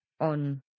on